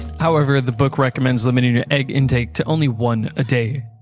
however, the book recommends limiting your egg intake to only one a day.